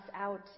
out